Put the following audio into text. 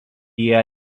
jie